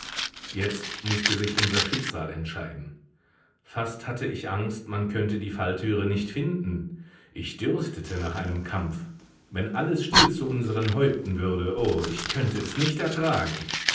jetzt mußte sich unser schicksal entscheiden fast hatte ich angst man könnte die falltüre nicht finden ich dürstete nach einem kampf wenn alles still zu unseren häupten würde o ich könnte es nicht ertragen